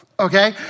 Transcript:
okay